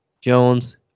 Jones